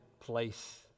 place